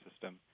system